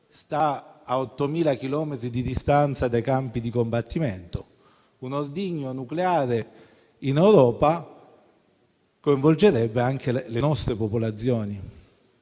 a 8.000 chilometri di distanza dai campi di combattimento. Un ordigno nucleare in Europa coinvolgerebbe anche le nostre popolazioni,